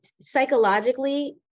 psychologically